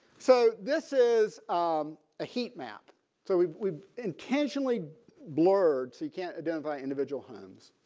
so this is um a heat map so we've we've intentionally blurred so you can't identify individual homes.